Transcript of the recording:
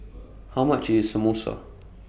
How much IS Samosa